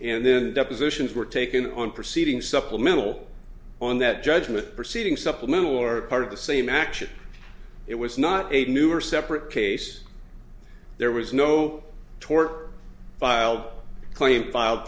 and then depositions were taken on proceeding supplemental on that judgment proceeding supplemental or part of the same action it was not a new or separate case there was no tort filed claim filed